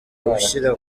ushyira